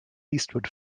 eastwood